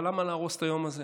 אבל למה להרוס את היום הזה?